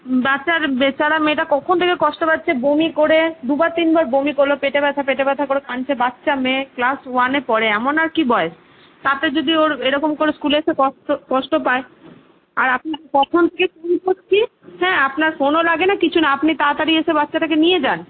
বাচ্চার বেচারা মেয়েটা কখন থেকে কষ্ট পাচ্ছে বমি করে দুবার তিনবার বমি করলো পেটে ব্যথা পেটে ব্যথা করে কাঁদছে বাচ্চা মেয়ে ক্লাস ওয়ানে পড়ে এমন আর কি বয়স তাতে যদি ওর এরকম করে স্কুলে এসে কষ্ট কষ্ট পায় আর আপনাকে কখন থেকে ফোন করছি হ্যাঁ আপনার ফোনও লাগে না কিছু না আপনি তাড়াতাড়ি এসে বাচ্চাটাকে নিয়ে যান